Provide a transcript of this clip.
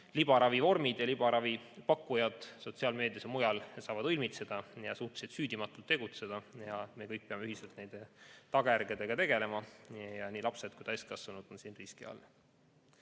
libaravivormide pakkujad sotsiaalmeedias ja mujal saavad õilmitseda ja suhteliselt süüdimatult tegutseda ning me kõik peame ühiselt nende tagajärgedega tegelema. Nii lapsed kui ka täiskasvanud on siin riskialtid.